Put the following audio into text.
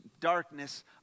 darkness